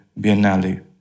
Biennale